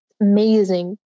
amazing